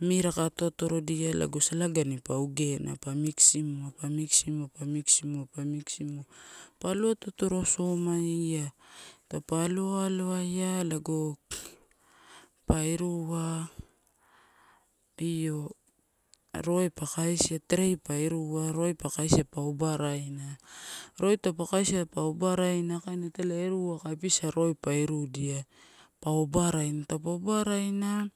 mimiraka atoatorodia lago alagani pa oggena pa miximua, pa miximua, pa miximua, pa miximua, pa alo ato atovo somaia. Taupa alo aloaia lago pa irua io roe pa kaisia, trei pa inia roe pa kaisi pa obaraina, roe taupe kaisia pa obaraina kaina italai erua aaka episa pa irudia pa o barina taupe obarina.